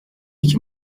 iki